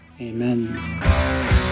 Amen